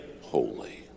holy